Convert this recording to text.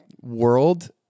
world